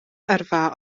yrfa